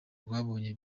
rwabonye